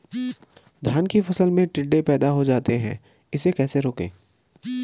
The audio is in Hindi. धान की फसल में टिड्डे पैदा हो जाते हैं इसे कैसे रोकें?